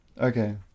Okay